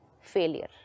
failure